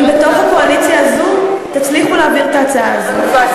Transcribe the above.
בקואליציה הזו תצליחו להעביר את ההצעה הזאת.